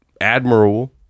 admirable